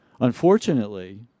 Unfortunately